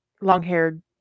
long-haired